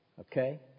Okay